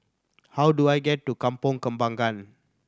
how do I get to Kampong Kembangan